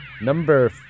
Number